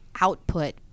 output